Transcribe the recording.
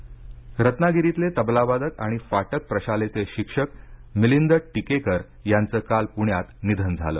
निधन टिकेकर रत्नागिरीतले तबलावादक आणि फाटक प्रशालेचे शिक्षक मिलिंद टिकेकर यांचं काल प्रण्यात निधन झालं